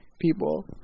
people